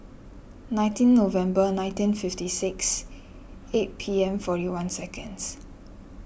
nineteen November nineteen fifty six eight P M forty one seconds